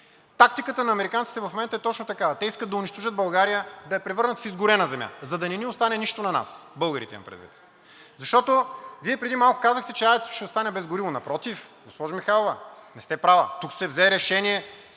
Тактиката на американците в момента е точно такава – те искат да унищожат България, да я превърнат в изгорена земя, за да не ни остане нищо на нас – българите имам предвид. Защото Вие преди малко казахте, че АЕЦ ще остане без гориво. Напротив, госпожо Михайлова, не сте права. Тук се взе решение,